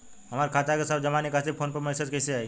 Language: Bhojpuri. हमार खाता के सब जमा निकासी फोन पर मैसेज कैसे आई?